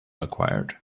acquired